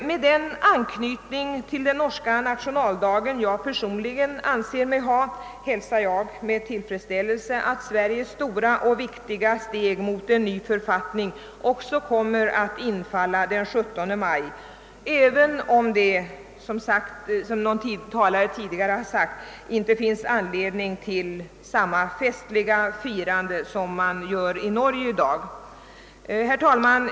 Med den anknytning till den norska na tionaldagen jag personligen anser mig ha hälsar jag med tillfredsställelse att Sveriges stora och viktiga steg mot en ny författning också kommer att infalla den 17 maj, även om det, såsom någon tidigare talare sagt, inte finns anledning till samma festliga firande som i dag förekommer i Norge. Herr talman!